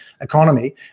economy